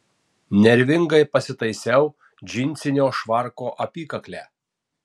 nervingai pasitaisiau džinsinio švarko apykaklę